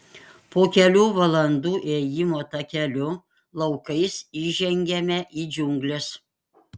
po kelių valandų ėjimo takeliu laukais įžengiame į džiungles